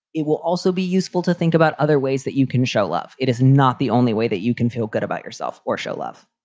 it will also be useful to think about other ways that you can show love. it is not the only way that you can feel good about yourself or show love